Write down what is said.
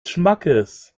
schmackes